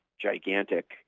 gigantic